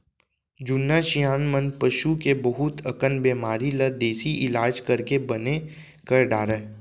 जुन्ना सियान मन पसू के बहुत अकन बेमारी ल देसी इलाज करके बने कर डारय